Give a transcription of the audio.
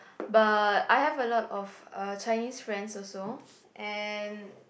but I have a lot of uh Chinese friends also and